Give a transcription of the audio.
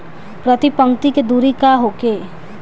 प्रति पंक्ति के दूरी का होखे?